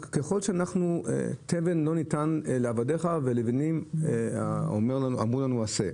תבן לא ניתן לעבדיך ולבנים אמרו לנו עשה.